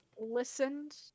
listened